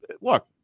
look